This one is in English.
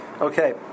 okay